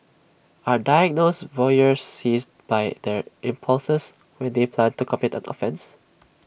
are diagnosed voyeurs seized by their impulses when they plan to commit an offence